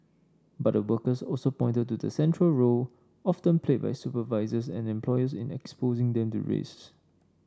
but the workers also pointed to the central role often played by supervisors and employers in exposing them to risks